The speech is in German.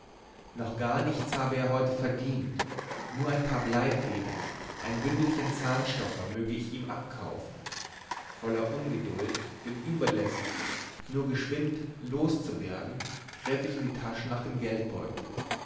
noch gar nichts habe er heute verdient nur ein paar bleifedern ein bündelchen zahnstocher möge ich ihm abkaufen voller ungeduld den überlästigen nur geschwind los zu werden griff ich in die tasche nach dem geldbeutel